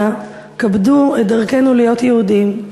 אנא כבדו את דרכנו להיות יהודים,